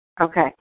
Okay